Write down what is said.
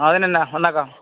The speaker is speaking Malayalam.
അതിനെന്താണ് ഉണ്ടാക്കാം